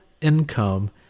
income